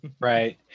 Right